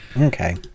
Okay